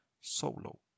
solo